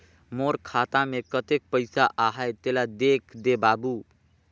मोर खाता मे कतेक पइसा आहाय तेला देख दे बाबु?